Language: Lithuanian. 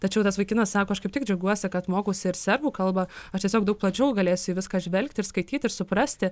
tačiau tas vaikinas sako aš kaip tik džiaugiuosi kad mokausi ir serbų kalbą aš tiesiog daug plačiau galėsiu į viską žvelgti ir skaityti ir suprasti